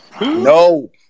No